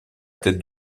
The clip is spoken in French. tête